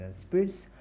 spirits